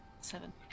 Seven